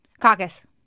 Caucus